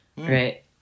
Right